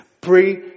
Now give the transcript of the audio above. pray